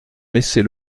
messey